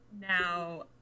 now